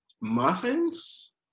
muffins